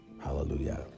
Hallelujah